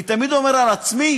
אני תמיד אומר על עצמי: